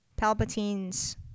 Palpatine's